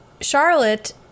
charlotte